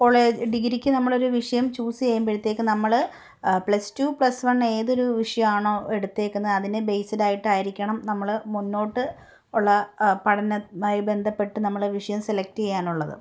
college ഡിഗ്രിക്ക് നമ്മളൊരു വിഷയം ചൂസ് ചെയ്യുമ്പോഴത്തേക്ക് നമ്മൾ പ്ലസ് ടു പ്ലസ് വൺ ഏതൊരു വിഷയമാണോ എടുത്തിരിക്കുന്നത് അതിനെ ബേസ്ഡ് ആയിട്ട് ആയിരിക്കണം നമ്മൾ മുന്നോട്ട് ഉള്ള പഠനമായി ബന്ധപ്പെട്ട് നമ്മൾ വിഷയം സെലക്ട് ചെയ്യാനുള്ളത്